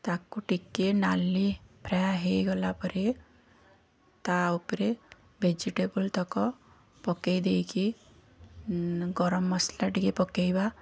ତା'କୁ ଟିକେ ନାଲି ପ୍ରାୟ ହେଇଗଲା ପରେ ତା ଉପରେ ଭେଜିଟେବୁଲ୍ ତକ ପକେଇ ଦେଇକି ଗରମ ମସଲା ଟିକେ ପକେଇବା